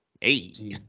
Hey